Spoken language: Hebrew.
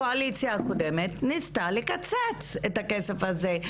הקואליציה ניסתה לקצץ את הכסף הזה,